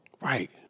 Right